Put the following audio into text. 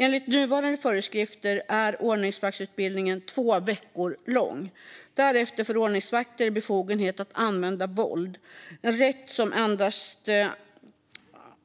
Enligt nuvarande föreskrifter är ordningsvaktsutbildningen två veckor lång. Därefter får ordningsvakter befogenhet att använda våld, en rätt som annars